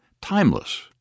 Timeless